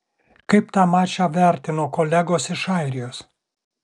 kaip tą mačą vertino kolegos iš airijos